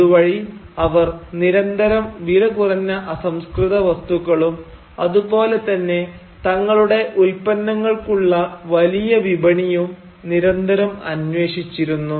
അതുവഴി അവർ നിരന്തരം വിലകുറഞ്ഞ അസംസ്കൃത വസ്തുക്കളും അതുപോലെ തന്നെ തങ്ങളുടെ ഉത്പന്നങ്ങൾക്കുള്ള വലിയ വിപണിയും നിരന്തരം അന്വേഷിച്ചിരുന്നു